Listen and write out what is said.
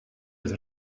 het